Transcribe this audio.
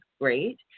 great